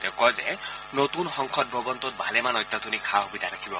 তেওঁ কয় যে নতুন সংসদ ভৱনটোত ভালেমান অত্যাধুনিক সা সূবিধা থাকিব